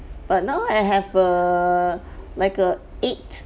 but now I have err like a eight